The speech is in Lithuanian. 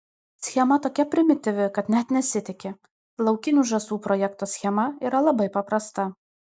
schema tokia primityvi kad net nesitiki laukinių žąsų projekto schema yra labai paprasta